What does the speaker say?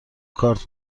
کارت